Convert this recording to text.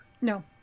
No